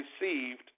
received